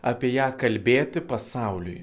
apie ją kalbėti pasauliui